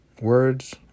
words